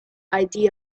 idea